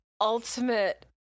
ultimate